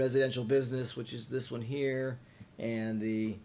residential business which is this one here and the